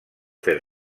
fer